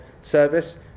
service